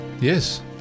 yes